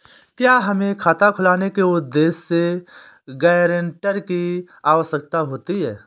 क्या हमें खाता खुलवाने के उद्देश्य से गैरेंटर की आवश्यकता होती है?